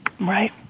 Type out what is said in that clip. Right